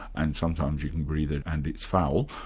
and sometimes you can breathe it and it's foul.